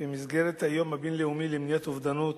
במסגרת היום הבין-לאומי למניעת אובדנות,